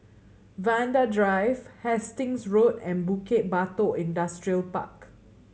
Vanda Drive Hastings Road and Bukit Batok Industrial Park